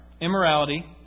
immorality